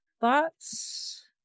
thoughts